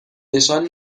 نشان